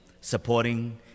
supporting